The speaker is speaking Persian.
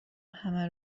همه